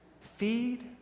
feed